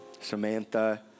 Samantha